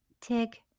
Tig